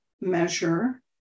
measure